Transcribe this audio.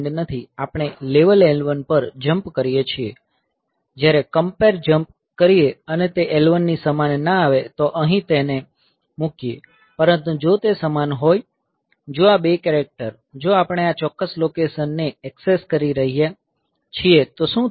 આપણે level L1 પર jump કરીએ છીએ જયારે કમ્પેર જંપ કરીએ અને તે L1 ની સમાન ના આવે તો અહીં તેને મુકીએ પરંતુ જો તે સમાન હોય જો આ 2 કેરેક્ટર જો આપણે આ ચોક્કસ લોકેશનને ઍક્સેસ કરી રહ્યા છીએ તો શું થશે